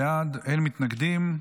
12 בעד, אין מתנגדים.